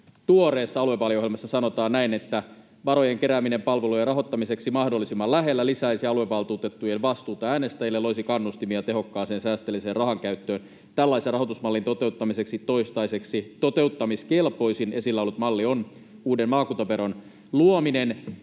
tuoreessa aluevaaliohjelmassa sanotaan näin, että varojen kerääminen palveluiden rahoittamiseksi mahdollisimman lähellä lisäisi aluevaltuutettujen vastuuta äänestäjille ja loisi kannustimia tehokkaaseen ja säästeliääseen rahankäyttöön ja tällaisen rahoitusmallin toteuttamiseksi toistaiseksi toteuttamiskelpoisin esillä ollut malli on uuden maakuntaveron luominen.